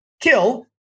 kill